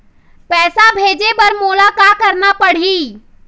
पैसा भेजे बर मोला का करना पड़ही?